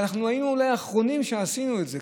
והיינו אולי האחרונים שעשו את זה,